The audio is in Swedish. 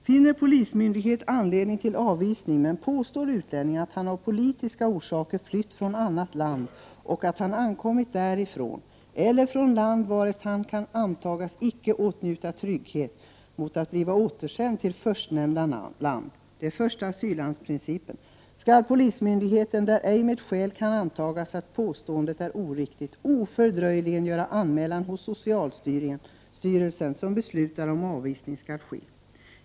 ”Finner polismyndighet anledning till avvisning men påstår utlänning att han av politiska orsaker flytt från annat land och att han ankommit därifrån eller från land, varest han kan antagas icke åtnjuta trygghet mot att bliva återsänd till förstnämnda land ”- det är första-asyllandprincipen, -” skall polismyndigheten, där ej med skäl kan antagas att påståendet är oriktigt, ofördröjligen göra anmälan hos socialstyrelsen, som beslutar om avvisning skall ske.